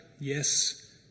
yes